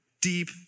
deep